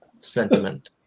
sentiment